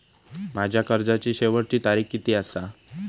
माझ्या कर्जाची शेवटची तारीख किती आसा?